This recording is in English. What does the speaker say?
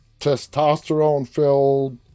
testosterone-filled